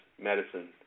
medicine